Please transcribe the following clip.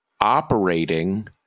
operating